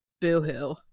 boohoo